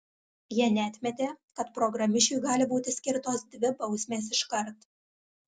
jie neatmetė kad programišiui gali būti skirtos dvi bausmės iškart